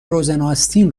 روزناستین